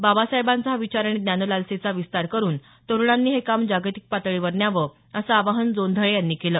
बाबासाहेबांचा हा विचार आणि ज्ञानालालसेचा विस्तार करुन तरुणांनी हे काम जागतिक पातळीवर न्यावं असं आवाहन जोंधळे यांनी केलं